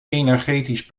energetisch